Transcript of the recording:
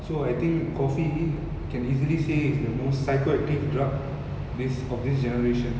so I think coffee can easily say is the most psychoactive drug this of this generation